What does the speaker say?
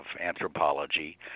anthropology